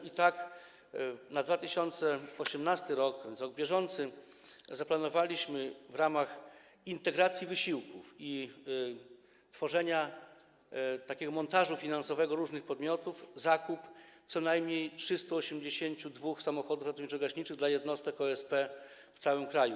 I tak na 2018 r., a więc rok bieżący, zaplanowaliśmy w ramach integracji wysiłków i tworzenia takiego montażu finansowego różnych podmiotów zakup co najmniej 382 samochodów ratowniczo-gaśniczych dla jednostek OSP w całym kraju.